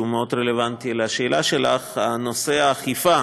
שהוא מאוד רלוונטי לשאלה שלך: נושא האכיפה